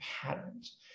patterns